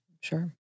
Sure